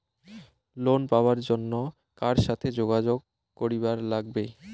Loan পাবার জন্যে কার সাথে যোগাযোগ করিবার লাগবে?